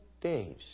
days